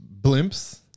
blimps